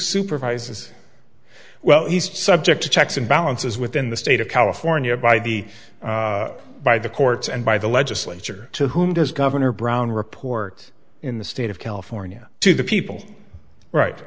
supervises well east subject to checks and balances within the state of california by the by the courts and by the legislature to whom does governor brown reports in the state of california to the people right